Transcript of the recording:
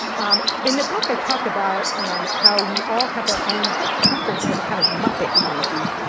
um in the book, i talk about um how we all have our own preference for the kind of muppet we want to be.